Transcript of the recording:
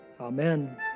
Amen